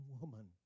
woman